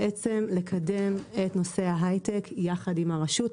בעצם לקדם את נושא היי-טק יחד עם הרשות,